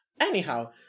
Anyhow